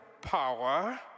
power